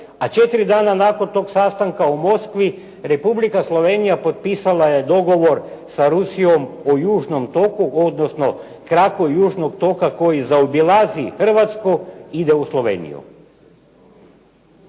a četiri dana nakon tog sastanka u Moskvi Republika Slovenija potpisala je dogovor sa Rusijom o Južnom toku odnosno kraku Južnog toka koji zaobilazi Hrvatsku i ide u Sloveniju.